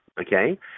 okay